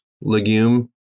legume